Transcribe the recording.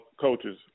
coaches